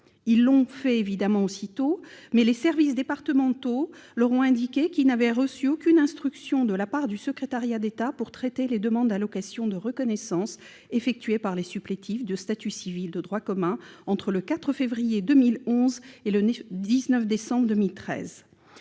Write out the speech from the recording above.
Ils l'ont évidemment fait aussitôt, mais les services départementaux de l'ONACVG leur ont indiqué qu'ils n'avaient reçu aucune instruction de la part du secrétariat d'État pour traiter les demandes d'allocation de reconnaissance effectuées par les supplétifs de statut civil de droit commun entre le 4 février 2011 et le 19 décembre 2013.